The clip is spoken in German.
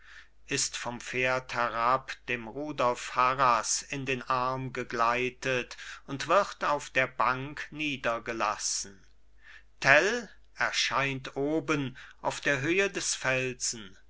ist vom pferde herab dem rudolf harras in den arm gegleitet und wird auf der bank niedergelassen tell erscheint oben auf der höhe des felsen